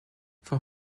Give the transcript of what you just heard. for